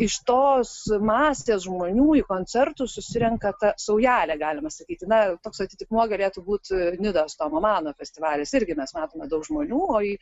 iš tos masės žmonių į koncertus susirenka ta saujelė galima sakyt na toks atitikmuo galėtų būt nidos tomo mano festivalis irgi mes matome daug žmonių o į